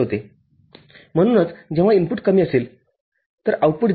६६ volt राहणार नाहीत्यामध्ये ज्याबद्दल आपण बोलत आहोत ती ध्वनी मर्यादा समजा ०